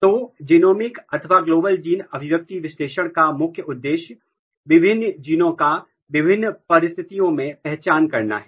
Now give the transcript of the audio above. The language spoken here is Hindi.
तो जिनोमिक अथवा ग्लोबल जीन अभिव्यक्ति विश्लेषण का मुख्य उद्देश्य विभिन्न जीना का विभिन्न परिस्थितियों में पहचान करना है